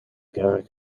kerk